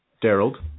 Daryl